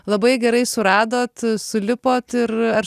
labai gerai suradot sulipot ir ar